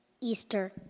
Easter